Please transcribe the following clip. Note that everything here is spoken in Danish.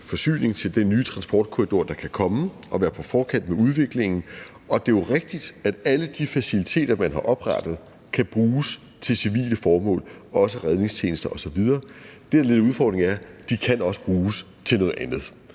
forsyning til den nye transportkorridor, der kan komme, og være på forkant med udviklingen. Det er jo rigtigt, at alle de faciliteter, man har oprettet, kan bruges til civile formål, også redningstjenester osv. Det, der er udfordringen, er, at de også kan bruges til noget andet.